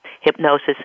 hypnosis